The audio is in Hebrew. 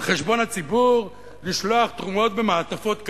על חשבון הציבור, לשלוח תרומות במעטפות כאלה.